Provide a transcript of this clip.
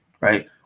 Right